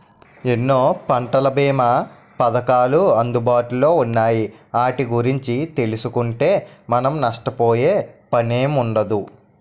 ఎన్నో పంటల బీమా పధకాలు అందుబాటులో ఉన్నాయి ఆటి గురించి తెలుసుకుంటే మనం నష్టపోయే పనుండదు